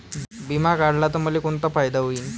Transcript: बिमा काढला त मले कोनचा फायदा होईन?